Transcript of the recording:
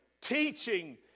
teaching